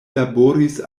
laboris